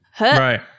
Right